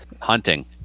hunting